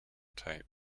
tape